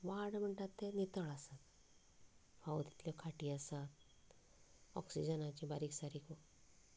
ward म्हणटात ते नितळ आसा फावो तितल्यो खाटी आसा ऑक्सिजनाची बारीक सारीक